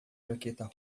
jaqueta